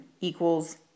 equals